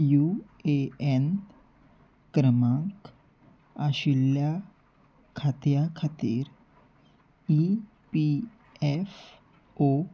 you A N क्रमांक आशिल्ल्या खात्या खातीर ई पी एफ ओ